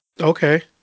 okay